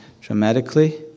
dramatically